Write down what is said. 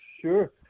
Sure